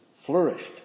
flourished